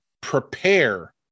prepare